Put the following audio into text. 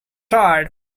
tried